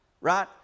right